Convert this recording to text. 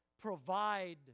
provide